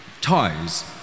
toys